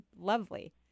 lovely